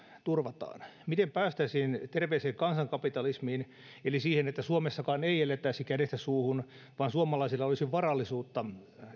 turvataan miten päästäisiin terveeseen kansankapitalismiin eli siihen että suomessakaan ei elettäisi kädestä suuhun vaan suomalaisilla olisi varallisuutta